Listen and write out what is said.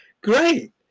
Great